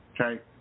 Okay